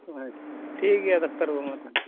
ᱚ ᱟᱪᱪᱷᱟ ᱴᱷᱤᱠ ᱜᱮᱭᱟ ᱰᱟᱠᱛᱟᱨ ᱵᱟ ᱵᱩ ᱢᱟ ᱛᱟᱦᱚᱞᱮ